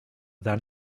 than